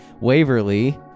Waverly